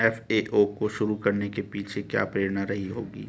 FAO को शुरू करने के पीछे की क्या प्रेरणा रही होगी?